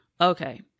Okay